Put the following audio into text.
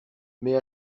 mais